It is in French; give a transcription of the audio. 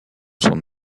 son